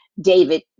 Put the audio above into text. David